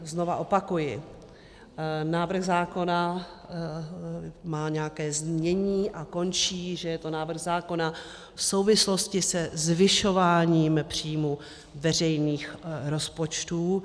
Znova opakuji, návrh zákona má nějaké znění a končí, že je to návrh zákona v souvislosti se zvyšováním příjmů veřejných rozpočtů.